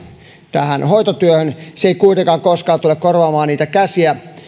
tähän hoitotyöhön se ei kuitenkaan koskaan tule korvaamaan niitä käsiä